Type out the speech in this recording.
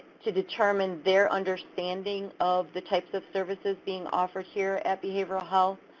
to determine their understanding of the types of services being offered here at behavioral health.